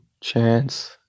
chance